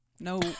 No